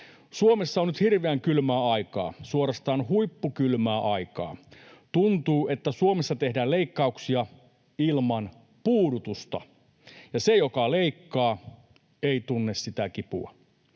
”Suomessa on nyt hirveän kylmää aikaa, suorastaan huippukylmää aikaa. Tuntuu, että Suomessa tehdään leikkauksia ilman puudutusta ja se, joka leikkaa, ei tunne sitä kipua.